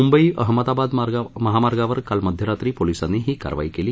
मुंबई अहमदाबाद महामार्गवर काल मध्यरात्री पोलिसांनी ही कारवाई केली